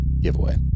giveaway